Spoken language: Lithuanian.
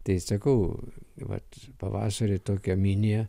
tai sakau vat pavasarį tokia minija